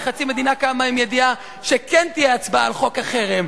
וחצי מדינה קמה עם ידיעה שכן תהיה הצבעה על חוק החרם,